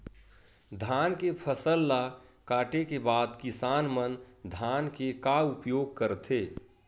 धान के फसल ला काटे के बाद किसान मन धान के का उपयोग करथे?